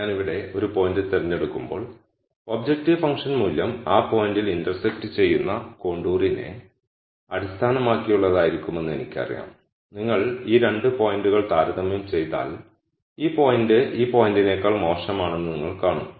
ഞാൻ ഇവിടെ ഒരു പോയിന്റ് തിരഞ്ഞെടുക്കുമ്പോൾ ഒബ്ജക്റ്റീവ് ഫംഗ്ഷൻ മൂല്യം ആ പോയിന്റിൽ ഇന്റർസെക്റ്റ് ചെയ്യുന്ന കോണ്ടൂറിനെ അടിസ്ഥാനമാക്കിയുള്ളതായിരിക്കുമെന്ന് എനിക്കറിയാം നിങ്ങൾ ഈ 2 പോയിന്റുകൾ താരതമ്യം ചെയ്താൽ ഈ പോയിന്റ് ഈ പോയിന്റിനേക്കാൾ മോശമാണെന്ന് നിങ്ങൾ കാണും